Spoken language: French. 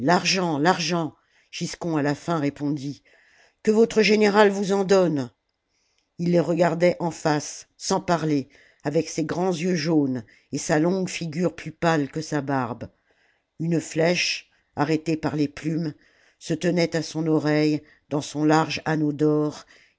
l'argent l'argent giscon à la fin répondit que votre général vous en donne ii les regardait en face sans parler avec ses grands jeux jaunes et sa longue figure plus pâle que sa barbe une flèche arrêtée par les plumes se tenait à son oreille dans son large anneau d'or